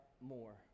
more